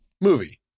movie